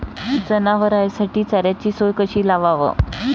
जनावराइसाठी चाऱ्याची सोय कशी लावाव?